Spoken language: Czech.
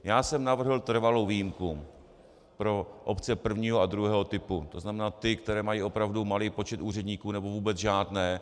Já jsem navrhl trvalou výjimku pro obce prvního a druhého typu, to znamená ty, které mají opravdu malý počet úředníků nebo vůbec žádné.